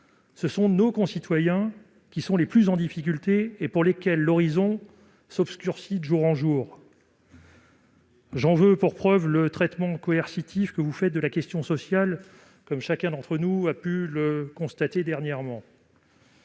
pour nos concitoyens les plus en difficulté, l'horizon s'obscurcit de jour en jour. J'en veux pour preuve le traitement coercitif que vous faites de la question sociale, comme chacun d'entre nous a pu le constater dernièrement.